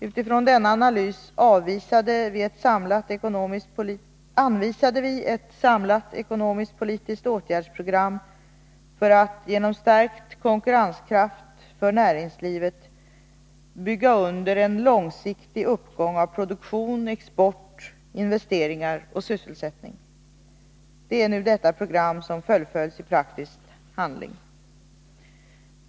Utifrån denna analys anvisade vi ett samlat ekonomisktpolitiskt åtgärdsprogram för att genom stärkt konkurrenskraft för näringslivet bygga under en långsiktig uppgång av produktion, export, investeringar och sysselsättning. Det är nu detta program som fullföljs i praktisk handling.